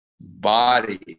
body